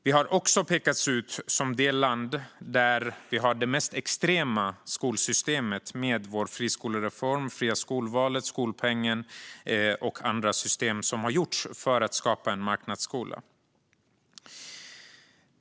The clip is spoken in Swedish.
Vi har också pekats ut som det land som har det mest extrema skolsystemet i och med vår friskolereform, det fria skolvalet, skolpengen och andra system som införts för att skapa en marknadsskola.